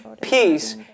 peace